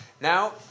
Now